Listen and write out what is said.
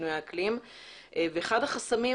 לשינוי האקלים ואחד החסמים,